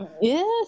Yes